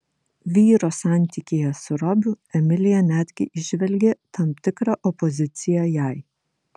vyro santykyje su robiu emilija netgi įžvelgė tam tikrą opoziciją jai